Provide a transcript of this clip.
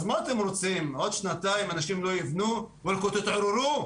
אז מה אתם רוצים, עוד שנתיים לא יבנו, תתעוררו.